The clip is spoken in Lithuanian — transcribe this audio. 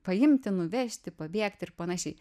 paimti nuvežti pabėgt ir panašiai